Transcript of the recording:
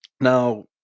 Now